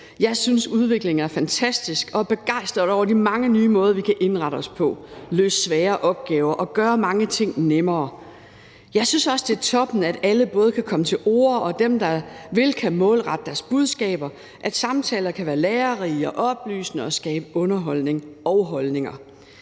Jeg synes, at udvikling er fantastisk, og er begejstret over de mange nye måder, vi kan indrette os på, løse svære opgaver på og gøre mange ting nemmere på. Jeg synes også, at det er toppen, at alle kan komme til orde, at dem, der vil, kan målrette deres budskaber, og at samtaler kan være lærerige, oplysende og skabe underholdning og holdninger.